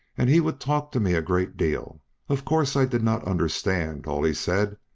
and he would talk to me a great deal of course, i did not understand all he said,